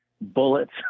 bullets